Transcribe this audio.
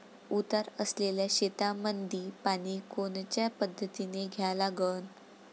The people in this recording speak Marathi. उतार असलेल्या शेतामंदी पानी कोनच्या पद्धतीने द्या लागन?